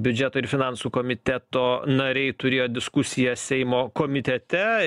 biudžeto ir finansų komiteto nariai turėjo diskusiją seimo komitete